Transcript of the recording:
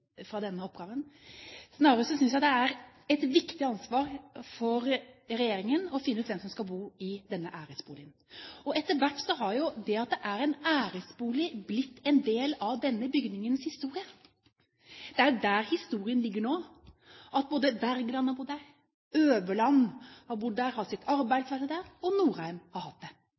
fra denne oppgaven. Snarere synes jeg det er et viktig ansvar for regjeringen å finne ut hvem som skal bo i denne æresboligen. Etter hvert har jo det at det er en æresbolig, blitt en del av denne bygningens historie. Det er der historien ligger nå – i at Wergeland har bodd der, at Øverland har bodd der og hatt sitt arbeidsværelse der, og at Nordheim har hatt det.